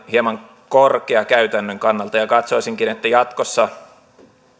hieman korkea käytännön kannalta ja katsoisinkin että jatkossa